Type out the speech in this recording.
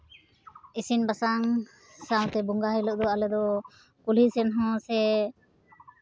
ᱤᱥᱤᱱ ᱵᱟᱥᱟᱝ ᱥᱟᱶᱛᱮ ᱵᱚᱸᱜᱟ ᱦᱤᱞᱳᱜ ᱫᱚ ᱟᱞᱮ ᱫᱚ ᱠᱩᱞᱦᱤ ᱥᱮᱱ ᱦᱚᱸ ᱥᱮ